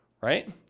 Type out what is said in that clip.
right